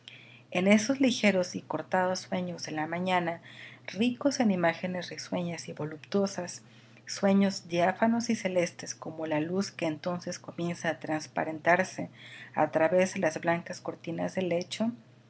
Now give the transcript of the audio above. en esos ligeros y cortados sueños de la mañana ricos en imágenes risueñas y voluptuosas sueños diáfanos y celestes como la luz que entonces comienza a transparentarse a través de las blancas cortinas del lecho de